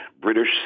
British